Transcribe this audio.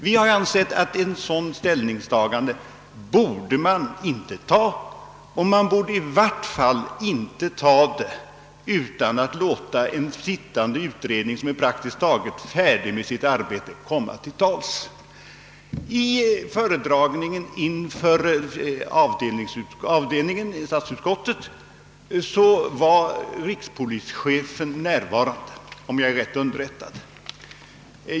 Vi har ansett att man inte bör ta ett sådant steg, i varje fall inte utan att låta en arbetande utredning på området, vilken är praktiskt taget färdig med sitt arbete, komma till tals. Vid föredragningen inför avdelningen 1 statsutskottet var rikspolischefen närvarande, om jag är rätt underrättad.